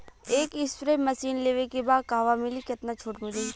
एक spray machine लेवे के बा कहवा मिली केतना छूट मिली?